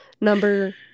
number